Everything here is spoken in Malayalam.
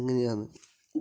അങ്ങനെയാണ്